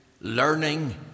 Learning